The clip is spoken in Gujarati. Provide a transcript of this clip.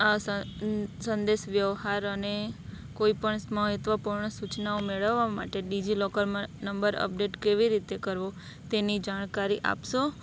આ સંદેશ વ્યવહાર અને કોઈપણ મહત્ત્વપૂર્ણ સુચનાઓ મેળવવા માટે ડીજીલોકરમાં નંબર અપડેટ કેવી રીતે કરવો તેની જાણકારી આપશો